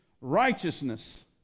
righteousness